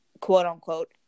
quote-unquote